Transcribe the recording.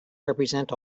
represent